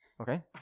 Okay